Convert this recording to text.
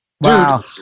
Wow